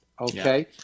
okay